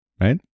Right